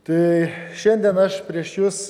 tai šiandien aš prieš jus